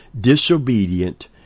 disobedient